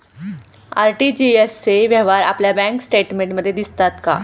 RTGS चे व्यवहार आपल्या बँक स्टेटमेंटमध्ये दिसतात का?